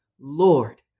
Lord